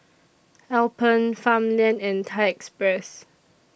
Alpen Farmland and Thai Express